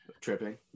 tripping